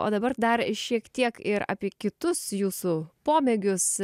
o dabar dar šiek tiek ir apie kitus jūsų pomėgius